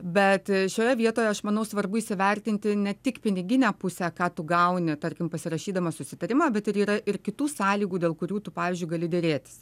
bet šioje vietoje aš manau svarbu įsivertinti ne tik piniginę pusę ką tu gauni tarkim pasirašydamas susitarimą bet ir yra ir kitų sąlygų dėl kurių tu pavyzdžiui gali derėtis